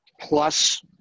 plus